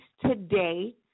today